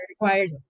required